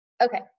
Okay